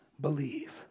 believe